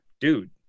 Dude